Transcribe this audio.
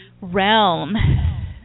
realm